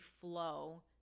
flow